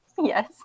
Yes